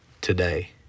today